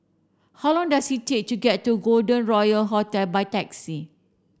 how long does it take to get to Golden Royal Hotel by taxi